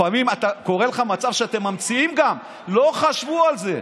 לפעמים קורה מצב שאתם גם ממציאים, לא חשבו על זה.